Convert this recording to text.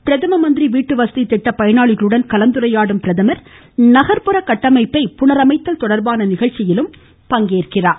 பிரதம மந்திரி வீட்டுவசதி திட்ட பயனாளிகளுடன் கலந்துரையாடும் அவர் நகர்ப்புற கட்டமைப்பை புனரமைத்தல் தொடர்பான நிகழ்ச்சியிலும் பங்கேற்கிறார்